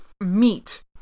meat